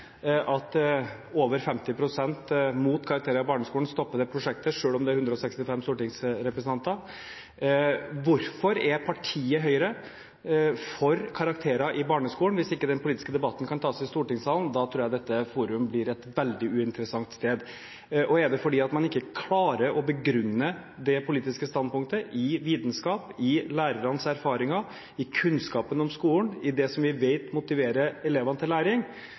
at over 50 pst. mot karakterer i barneskolen stopper det prosjektet, selv om det er 165 stortingsrepresentanter: Hvorfor er partiet Høyre for karakterer i barneskolen? Hvis ikke den politiske debatten kan tas i stortingssalen, tror jeg dette forum blir et veldig uinteressant sted. Og er det fordi man ikke klarer å begrunne det politiske standpunktet i vitenskap, i lærernes erfaringer, i kunnskapen om skolen, i det som vi vet motiverer elevene til læring,